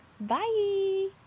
Bye